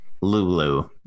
Lulu